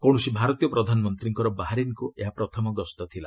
କୌଣସି ଭାରତୀୟ ପ୍ରଧାନମନ୍ତ୍ରୀଙ୍କର ବାହାରିନ୍କୁ ଏହା ପ୍ରଥମ ଗସ୍ତ ଥିଲା